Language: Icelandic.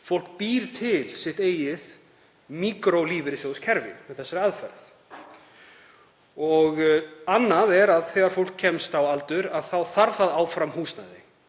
fólk býr til sitt eigið míkrólífeyrissjóðakerfi með þessari aðferð. Annað er að þegar fólk kemst á aldur þá þarf það áfram húsnæði.